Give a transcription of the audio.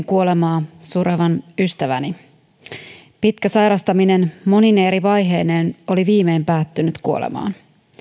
kuolemaa surevan ystäväni pitkä sairastaminen monine eri vaiheineen oli viimein päättynyt kuolemaan